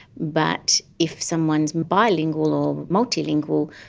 but if someone is bilingual or multilingual,